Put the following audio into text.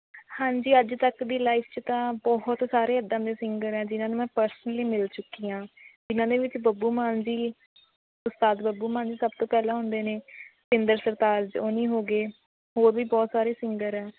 ਹਾਂਜੀ ਅੱਜ ਤੱਕ ਦੀ ਲਾਈਫ਼ 'ਚ ਤਾਂ ਬਹੁਤ ਸਾਰੇ ਇਦਾਂ ਦੇ ਸਿੰਗਰ ਹੈ ਜਿਹਨਾਂ ਨੂੰ ਮੈਂ ਪ੍ਰਸਨਲੀ ਮਿਲ ਚੁੱਕੀ ਹਾਂ ਇਨ੍ਹਾਂ ਦੇ ਵਿੱਚ ਬੱਬੂ ਮਾਨ ਜੀ ਉਸਤਾਦ ਬੱਬੂ ਮਾਨ ਜੀ ਸਭ ਤੋਂ ਪਹਿਲਾਂ ਆਉਂਦੇ ਨੇ ਸਤਿੰਦਰ ਸਰਤਾਜ ਉਨੀਂ ਹੋ ਗਏ ਹੋਰ ਵੀ ਬਹੁਤ ਸਾਰੇ ਸਿੰਗਰ ਹੈ